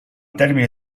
termine